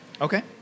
okay